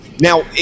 Now